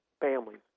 families